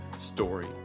story